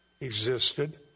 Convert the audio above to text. Existed